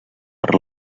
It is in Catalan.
per